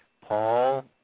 Paul